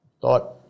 thought